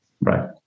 Right